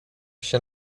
się